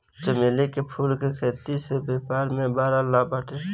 चमेली के फूल के खेती से व्यापार में बड़ा लाभ बाटे